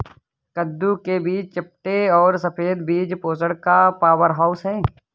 कद्दू के बीज चपटे और सफेद बीज पोषण का पावरहाउस हैं